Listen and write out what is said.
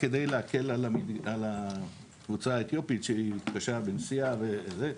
כדי להקל על הקבוצה האתיופית שמתקשה בנסיעה וזה.